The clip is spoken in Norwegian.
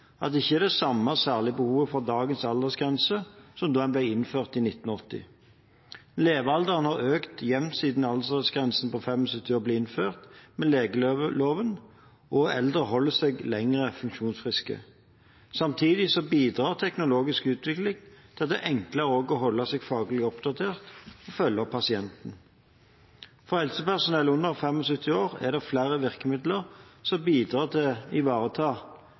at det ikke er det samme særlige behovet for dagens aldersgrense som da den ble innført i 1980. Levealderen har økt jevnt siden aldersgrensen på 75 år ble innført med legeloven, og eldre holder seg lenger funksjonsfriske. Samtidig bidrar den teknologiske utvikling til at det også er enklere å holde seg faglig oppdatert og følge opp pasienten. For helsepersonell under 75 år er det flere virkemidler som bidrar til å ivareta